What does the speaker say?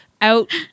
out